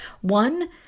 One